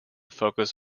focus